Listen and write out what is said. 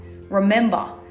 Remember